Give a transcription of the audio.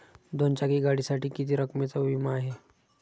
दोन चाकी गाडीसाठी किती रकमेचा विमा आहे?